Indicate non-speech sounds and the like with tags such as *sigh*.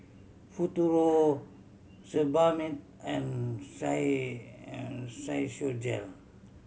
Futuro Sebamed and *unintelligible* and Physiogel